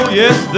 yes